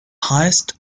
highest